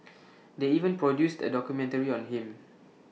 they even produced A documentary on him